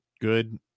good